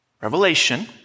Revelation